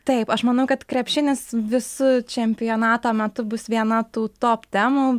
taip aš manau kad krepšinis visu čempionato metu bus viena tų top temų